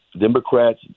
Democrats